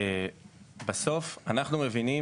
בסוף אנחנו מבינים,